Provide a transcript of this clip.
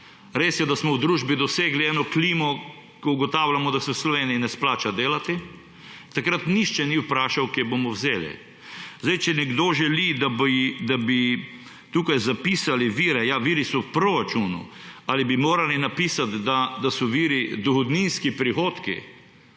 Res je, da smo v družbi dosegli eno klimo, ko ugotavljamo, da se v Sloveniji ne splača delati. Takrat nihče ni vprašal, kje bomo vzeli. Če nekdo želi, da bi tukaj zapisali vire – ja, viri so v proračunu. Ali bi morali napisati, da so viri dohodninski prihodki?!